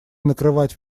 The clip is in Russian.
накрывать